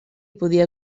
podia